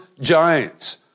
giants